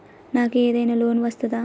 నాకు ఏదైనా లోన్ వస్తదా?